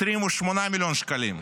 28 מיליון שקלים,